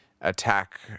attack